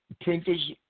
Printers